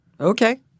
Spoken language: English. okay